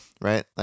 Right